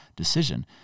Decision